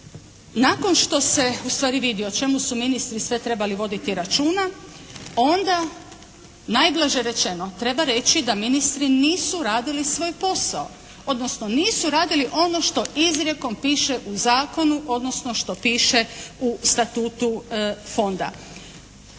Nakon što se ustvari vidi o čemu su ministri sve trebali voditi računa, onda najblaže rečeno treba reći da ministri nisu radili svoj posao, odnosno nisu radili ono što izrijekom piše u zakonu, odnosno što piše u statutu fonda.